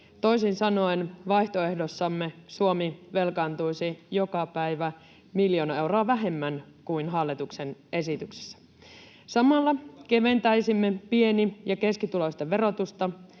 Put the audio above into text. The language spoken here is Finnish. Toisin sanoen: Vaihtoehdossamme Suomi velkaantuisi joka päivä miljoona euroa vähemmän kuin hallituksen esityksessä. Samalla keventäisimme pieni- ja keskituloisten verotusta,